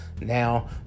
Now